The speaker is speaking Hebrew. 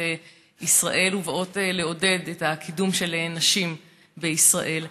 ישראל ובאות לעודד את קידום הנשים בישראל,